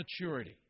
maturity